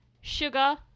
Sugar